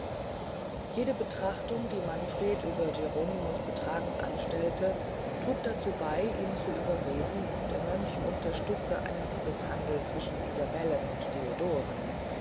jede betrachtung die manfred über geronimo's betragen anstellte trug dazu bey ihn zu überreden der mönch unterstütze einen liebeshandel zwischen isabellen und theodoren